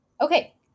Okay